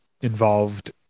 involved